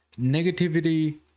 negativity